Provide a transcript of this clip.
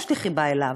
יש לי חיבה אליו,